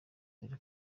dore